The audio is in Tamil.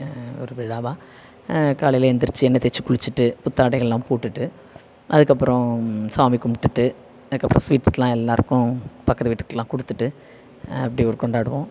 ஒரு விழாவாக காலையில் எழுந்துருச்சி எண்ணெய் தேய்ச்சி குளிச்சுட்டு புத்தாடைகளெல்லாம் போட்டுவிட்டு அதுக்கப்புறம் சாமி கும்பிட்டுட்டு அதுக்கப்புறம் ஸ்வீட்ஸெல்லாம் எல்லாேருக்கும் பக்கத்து வீட்டுக்கெல்லாம் கொடுத்துட்டு அப்படி ஒரு கொண்டாடுவோம்